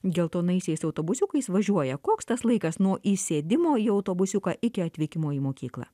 geltonaisiais autobusiukais važiuoja koks tas laikas nuo įsėdimo į autobusiuką iki atvykimo į mokyklą